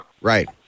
Right